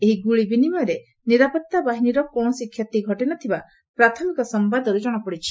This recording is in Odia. ଏହି ଗୁଳି ବିନିମୟରେ ନିରାପତ୍ତା ବାହିନୀର କୌଣସି କ୍ଷତି ଘଟି ନ ଥିବା ପ୍ରାଥମିକ ସମ୍ଘାଦରୁ ଜଣାପଡିଛି